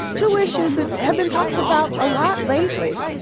two issues that have been talked about a lot lately.